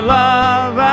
love